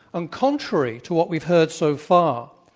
and contrary to what we've heard so far,